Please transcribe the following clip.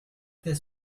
this